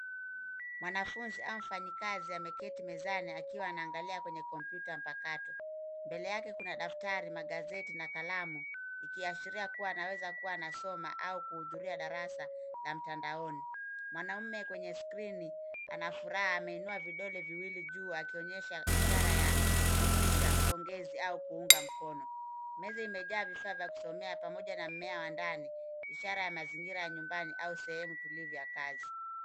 Mwanafunzi au mfanyikazi ameketi mezani akiwa anaangalia kwenye kompyuta mpakato. Mbele yake kuna daftari, magazeti, na kalamu, ikiashiria kua anaweza kua anasoma ua kuhudhuria darasa la mtandaoni. Mwanaume kwenye skirini ana furaha ameinua vidole viwili juu, akionyesha ishara ya motisha, pongezi, au kuunga mkono. Meza imejaa vifaa vya kusomea, pamoja na mmea wa ndani. Ishara ya mazingira ya nyumbani au sehemu tulivu ya kazi.